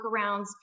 workarounds